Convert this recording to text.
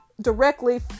directly